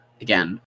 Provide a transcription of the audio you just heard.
again